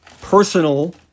personal